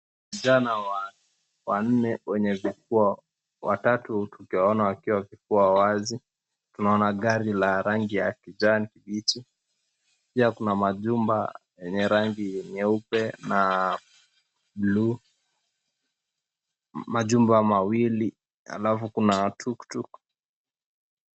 Vijana wanne wenye vifua watatu, tukiwaona wakiwa vifuwa wazi, tunaona gari la rangi ya kijani kibichi. Pia kuna majumba yenye rangi nyeupe na bluu, majumba mawili, alafu kuna tuk tuk.